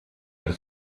per